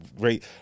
great